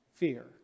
Fear